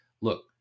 look